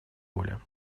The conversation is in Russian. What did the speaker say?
воля